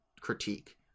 critique